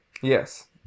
Yes